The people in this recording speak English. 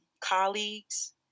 colleagues